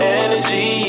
energy